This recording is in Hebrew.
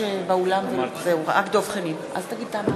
תמה ההצבעה.